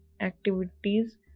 activities